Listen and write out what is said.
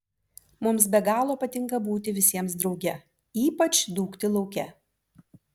mums be galo patinka būti visiems drauge ypač dūkti lauke